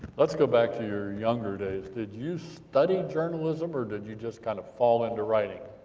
let's go back to your younger days. did you study journalism, or did you just kind of fall into writing?